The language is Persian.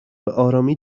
بهآرامی